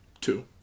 Two